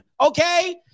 Okay